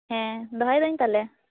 ᱦᱮᱸ ᱫᱚᱦᱚᱭᱮᱫᱟ ᱧ ᱛᱟᱦᱚᱞᱮ